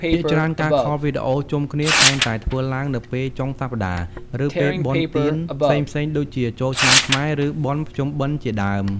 ភាគច្រើនការខលវីដេអូជុំគ្នាតែងតែធ្វើឡើងនៅពេលចុងសប្ដាហ៍ ឬពេលបុណ្យទានផ្សេងៗដូចជាចូលឆ្នាំខ្មែរ ឬបុណ្យភ្ជុំបិណ្ឌជាដើម។